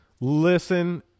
Listen